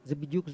זה בדיוק זה.